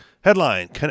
Headline